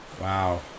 Wow